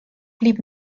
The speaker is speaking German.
blieb